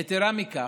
יתרה מזו,